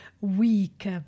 week